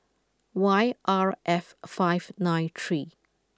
Y R F five nine three